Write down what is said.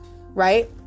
right